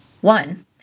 One